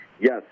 yes